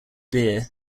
beer